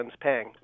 paying